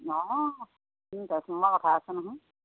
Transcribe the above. অঁ ট্ৰেঞ্চফৰ্মাৰৰ কথা আছে নহয়